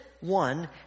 one